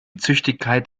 züchtigkeit